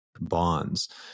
bonds